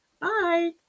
Bye